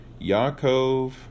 Yaakov